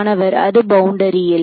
மாணவர் அது பவுண்டரியில்